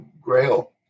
grail